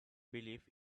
believe